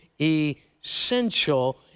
essential